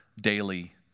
daily